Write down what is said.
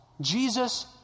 Jesus